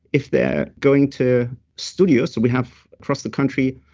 if they're going to studio, so we have across the country,